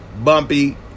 Bumpy